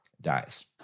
dies